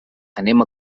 anem